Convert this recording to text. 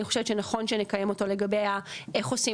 אני חושבת שנכון שנקיים אותו לגבי איך עושים